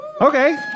Okay